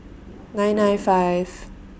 nine nine five